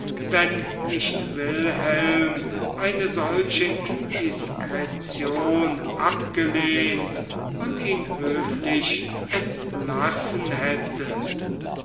wenn nicht wilhelm eine solche indiskretion abgelehnt und ihn höflich entlassen hätte